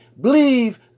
believe